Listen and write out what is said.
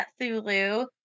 Cthulhu